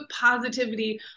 positivity